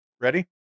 Ready